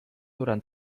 durant